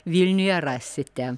vilniuje rasite